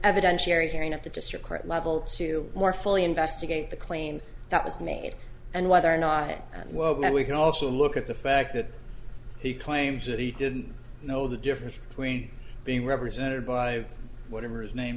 evidentiary hearing at the district court level to more fully investigate the claims that was made and whether or not it well that we can also look at the fact that he claims that he didn't know the difference between being represented by whatever his name